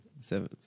seven